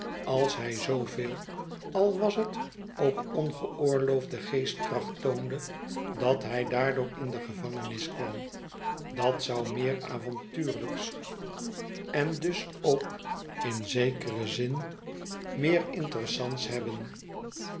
als hij zooveel al was het ook ongeoorloofde geestkracht toonde dat hij daardoor in de gevangenis kwam dat zou meer avontuurhjks en dus ook in zekeren zin meer interessants hebben